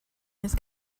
his